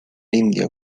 indio